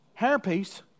hairpiece